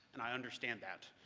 and i understand that.